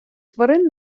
тварин